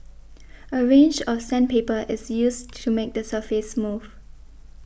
a range of sandpaper is used to make the surface smooth